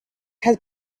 has